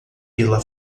pela